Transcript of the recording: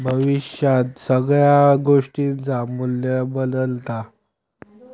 भविष्यात सगळ्या गोष्टींचा मू्ल्य बदालता